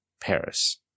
Paris